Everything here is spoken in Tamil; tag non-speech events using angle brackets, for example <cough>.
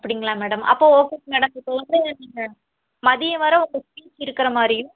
அப்படிங்களா மேடம் அப்போ ஓகே மேடம் இப்போ வந்து நீங்கள் மதியம் வர <unintelligible> இருக்கிற மாதிரியும்